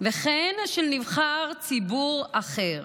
וכן של נבחר ציבור אחר,